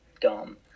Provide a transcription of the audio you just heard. dumb